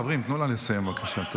חברים, תנו לה לסיים, בבקשה.